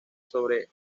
sobre